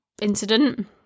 incident